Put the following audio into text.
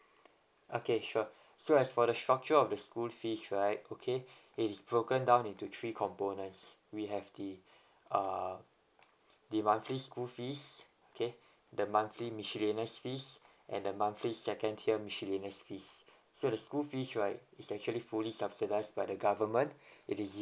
okay sure so as for the structure of the school fees right okay it is broken down into three components we have the err the monthly school fees okay the monthly miscellaneous fees and the monthly second tier miscellaneous fees so the school fees right is actually fully subsidised by the government it is